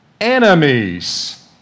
enemies